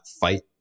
fight